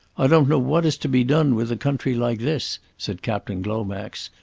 i don't know what is to be done with a country like this, said captain glomax,